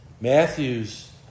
Matthew's